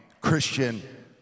Christian